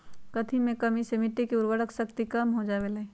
कथी के कमी से मिट्टी के उर्वरक शक्ति कम हो जावेलाई?